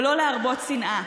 ולא להרבות שנאה,